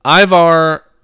Ivar